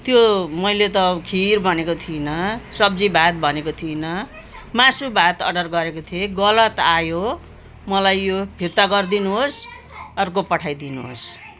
त्यो मैले त खिर भनेको थिइनँ सब्जी भात भनेको थिइनँ मासु भात अर्डर गरेको थिएँ गलत आयो मलाई यो फिर्ता गरिदिनुहोस् अर्को पठाइदिनुहोस्